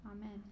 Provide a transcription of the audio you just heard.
amen